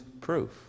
proof